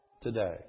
today